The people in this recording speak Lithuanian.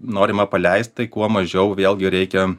norima paleist kuo mažiau vėlgi reikia